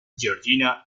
georgina